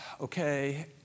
Okay